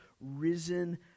risen